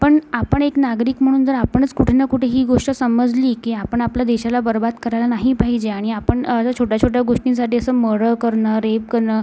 पण आपण एक नागरिक म्हणून जर आपणच कुठे ना कुठे ही गोष्ट सम्मजली की आपण आपल्या देशाला बरबाद करायला नाही पाहिजे आणि आपण अशा छोट्या छोट्या गोष्टींसाठी असं मडर करणं रेप करणं